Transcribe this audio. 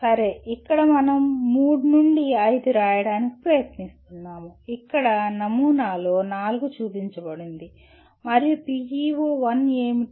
సరే ఇక్కడ మనం మూడు నుండి ఐదు రాయడానికి ప్రయత్నిస్తున్నాము ఇక్కడ నమూనాలో నాలుగు చూపించబడినది మరియు PEO 1 ఏమిటి